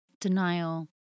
Denial